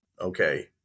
okay